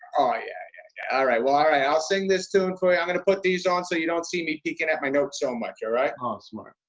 ah yeah, yeah, yeah. alright, well, i'll sing this tune for you. i'm going to put these on so you don't see me peeking at my notes so much, alright? oh, um smart.